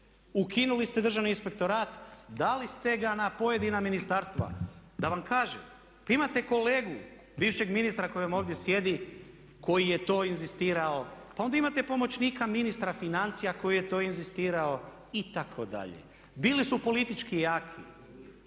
Ukinuli ste Državni inspektorat, dali ste ga na pojedina ministarstva. Da vam kažem, pa imate kolegu bivšeg ministra koji vam ovdje sjedi, koji je to inzistirao. Pa onda imate pomoćnika ministra financija koji je to inzistirao itd. Bili su politički jaki,